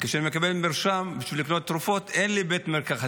וכשאני מקבל מרשם בשביל לקנות תרופות אין לי בית מרקחת.